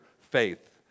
faith